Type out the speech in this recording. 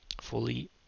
fully